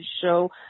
show